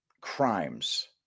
crimes